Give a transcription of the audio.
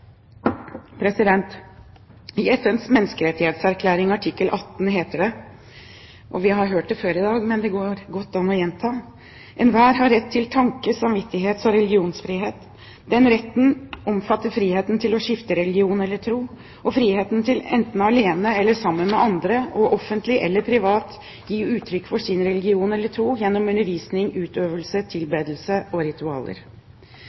I FNs menneskerettighetserklæring artikkel 18 heter det – vi har hørt det før i dag, men det kan godt gjentas: «Enhver har rett til tanke-, samvittighets- og religionsfrihet. Denne rett omfatter frihet til å skifte religion eller tro, og frihet til enten alene eller sammen med andre, og offentlig eller privat, å gi uttrykk for sin religion eller tro gjennom undervisning, utøvelse, tilbedelse og ritualer.»